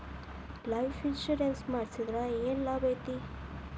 Life insurance ಮಾಡ್ಸಿದ್ರ ಏನ್ ಲಾಭೈತಿ?